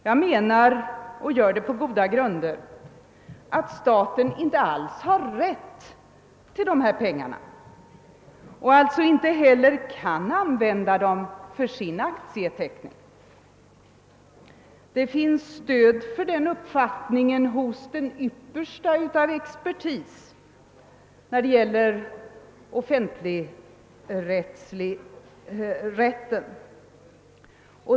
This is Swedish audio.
Jag menar — och gör det på goda grunder — att staten inte alls har rätt till dessa pengar och alltså inte heller kan använda dem för sin aktieteckning. Det finns stöd för den uppfattningen hos den yppersta av expertis när det gäller offentlig rätt.